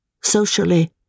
Socially